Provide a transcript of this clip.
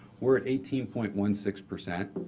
we're at eighteen point one six percent.